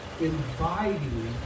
inviting